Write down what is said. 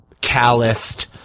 calloused